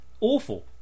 awful